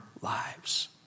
lives